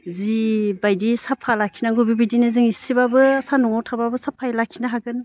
जिबायदि साफा लाखिनांगौ बिबायदिनो जों इसेब्लाबो सान्दुङाव थाब्लाबो साफायै लाखिनो हागोन